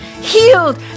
healed